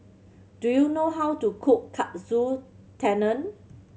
do you know how to cook Katsu Tendon